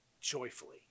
joyfully